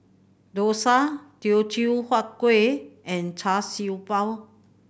dosa Teochew Huat Kuih and Char Siew Bao